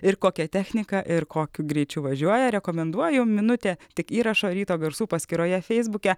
ir kokia technika ir kokiu greičiu važiuoja rekomenduoju minutė tik įrašo ryto garsų paskyroje feisbuke